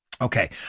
Okay